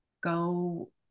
go